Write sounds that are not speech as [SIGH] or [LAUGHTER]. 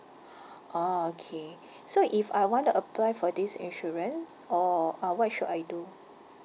[BREATH] orh okay so if I want to apply for this insurance or uh what should I do